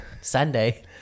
Sunday